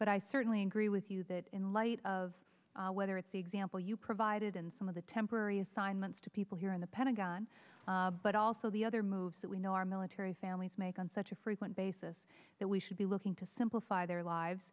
but i certainly agree with you that in light of whether it's the example you provided in some of the temporary assignments to people here in the pentagon but also the other moves that we know our military families make on such a frequent basis that we should be looking to simplify their lives